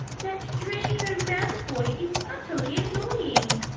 that draco malfoy is utterly annoying!